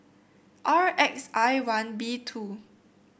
R X I one B two